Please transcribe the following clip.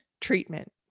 treatment